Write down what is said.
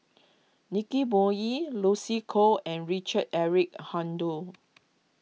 Nicky Moey Lucy Koh and Richard Eric Holttum